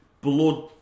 blood